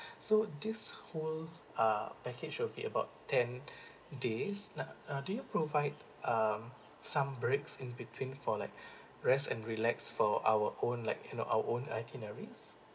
so this whole uh package will be about ten days uh do you provide um some breaks in between for like rest and relax for our own like in our own itineraries